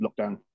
lockdown